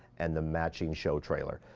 and the matching show trailer.